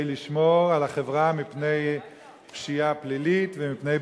לשמור על החברה מפני פשיעה פלילית ומפני בעיות.